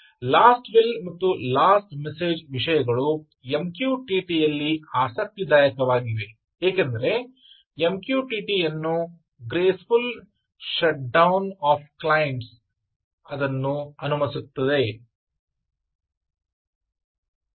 last will ಮತ್ತು last message ವಿಷಯಗಳು MQTT ಯಲ್ಲಿ ಆಸಕ್ತಿದಾಯಕವಾಗಿವೆ ಏಕೆಂದರೆ MQTT ungraceful shutdown of clients ಅನ್ನು ಅನುಮತಿಸುತ್ತದೆ